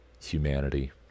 humanity